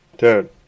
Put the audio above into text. Dude